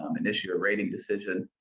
um initial rating decision,